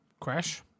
Crash